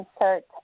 insert